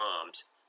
Arms